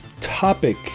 topic